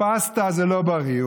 פסטה זה לא בריא,